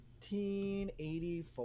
1984